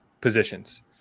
positions